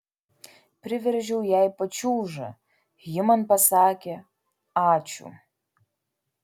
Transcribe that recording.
priveržiau jai pačiūžą ji man pasakė ačiū